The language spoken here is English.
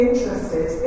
Interested